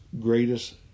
greatest